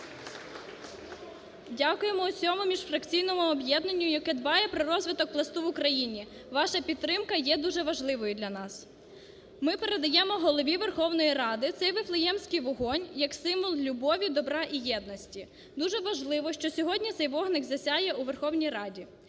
Дякуємо! Дякуємо всьому міжфракційному об'єднанню, яке дбає про розвиток "Пласту" в Україні. Ваша підтримка є дуже важливою для нас. Ми передаємо Голові Верховної Ради цейВифлеємський вогонь як символ любові, добра і єдності. Дуже важливо, що сьогодні цей вогник засяє у Верховній Раді.